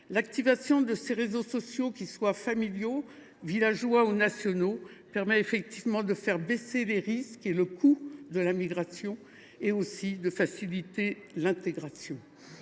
L’activation de ces réseaux sociaux, qu’ils soient familiaux, villageois ou nationaux, permet de faire baisser les risques et le coût de la migration, mais aussi de faciliter l’intégration.